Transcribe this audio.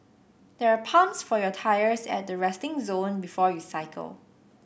there are pumps for your tyres at the resting zone before you cycle